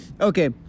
okay